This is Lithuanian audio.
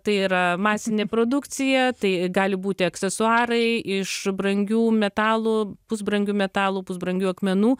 tai yra masinė produkcija tai gali būti aksesuarai iš brangių metalų pusbrangių metalų pusbrangių akmenų